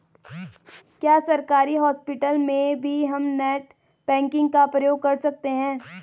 क्या सरकारी हॉस्पिटल में भी हम नेट बैंकिंग का प्रयोग कर सकते हैं?